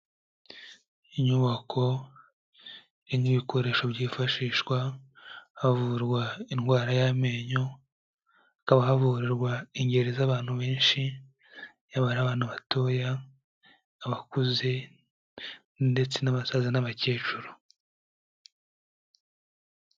Inyubako irimo ibikoresho byifashishwa havurwa indwara y'amenyo, hakaba havurirwa ingeri z'abantu benshi. Yaba ari abana batoya, abakuze ndetse n'abasaza n'abakecuru.